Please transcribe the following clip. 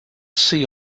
see